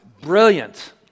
Brilliant